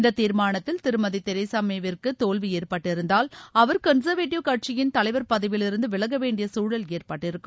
இந்த தீர்மானத்தில் திருமதி தெராசாமேவிற்கு தோல்வி ஏற்பட்டிருந்தால் அவர் கன்சர்வேட்டிவ் கட்சியின் தலைவர் பதவிலிருந்து விலக வேண்டிய சூழல் ஏற்பட்டிருக்கும்